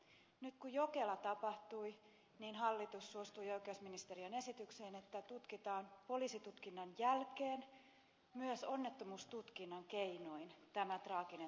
nyt kun jokela tapahtui niin hallitus suostui oikeusministeriön esitykseen että tutkitaan poliisitutkinnan jälkeen myös onnettomuustutkinnan keinoin tämä traaginen tapahtuma